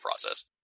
process